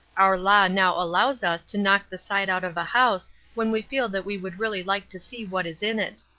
our law now allows us to knock the side out of a house when we feel that we would really like to see what is in it.